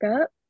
up